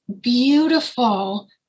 beautiful